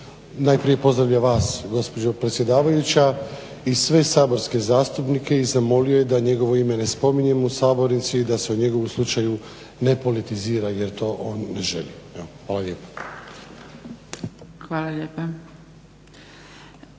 najprije pozdravlja vas gospođo predsjedavajuća i sve saborske zastupnike i zamolio je da njegovo ime ne spominjemo u sabornici i da se o njegovom slučaju ne politizira jer to on ne želi. Evo, hvala lijepo.